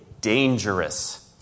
dangerous